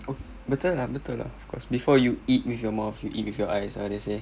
betul lah betul lah cause before you eat with your mouth you eat with your eyes ah they say